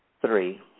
three